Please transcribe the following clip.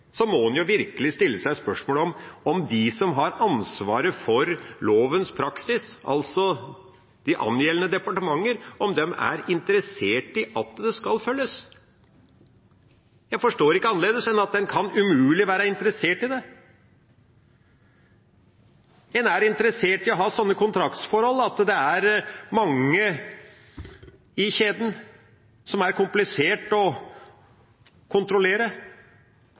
så en må virkelig stille seg spørsmål om hvorvidt de som har ansvaret for lovens praksis, altså de angjeldende departementer, er interessert i at den skal følges. Jeg forstår det ikke annerledes enn at en umulig kan være interessert i det. En er interessert i å ha sånne kontraktsforhold der det er mange i kjeden, noe som er komplisert å kontrollere.